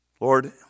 Lord